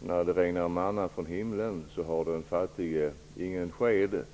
När det regnar manna från himlen har den fattige ingen sked.